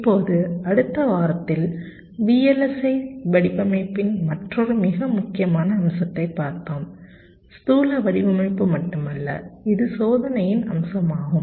இப்போது அடுத்த வாரங்களில் VLSI வடிவமைப்பின் மற்றொரு மிக முக்கியமான அம்சத்தைப் பார்த்தோம் ஸ்தூல வடிவமைப்பு மட்டுமல்ல இது சோதனையின் அம்சமாகும்